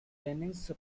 jennings